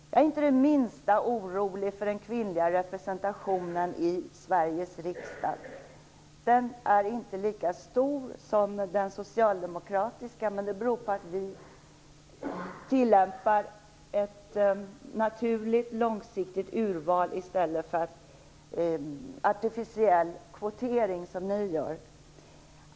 Jag är inte det minsta orolig för den kvinnliga representationen i Sveriges riksdag. Den moderata är inte lika stor som den socialdemokratiska, men det beror på att vi tillämpar ett naturligt långsiktigt urval i stället för artificiell kvotering, som ni gör.